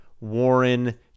Warren